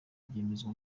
byemezwa